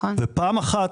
פעם אחת,